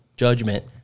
Judgment